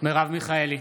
מרב מיכאלי,